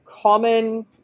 common